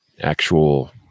actual